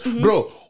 Bro